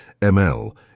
ML